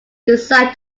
decide